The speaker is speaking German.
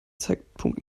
zeitpunkt